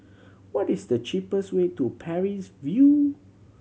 what is the cheapest way to Parries View